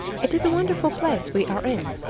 it is a wonderful place we are in,